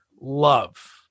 love